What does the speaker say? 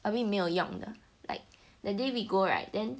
I mean 没有用的 like the day we go [right] then